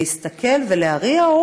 להסתכל ולהריע,